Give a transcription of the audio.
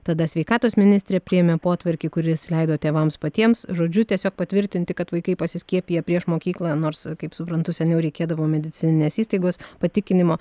tada sveikatos ministrė priėmė potvarkį kuris leido tėvams patiems žodžiu tiesiog patvirtinti kad vaikai pasiskiepiję prieš mokyklą nors kaip suprantu seniau reikėdavo medicininės įstaigos patikinimo